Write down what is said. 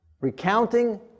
recounting